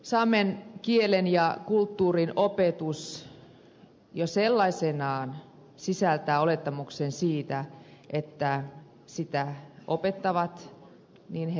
saamen kielen ja kulttuurin opetus jo sellaisenaan sisältää olettamuksen siitä että sitä opettavat hallitsevat saamen kielen